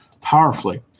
powerfully